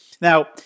Now